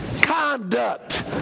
Conduct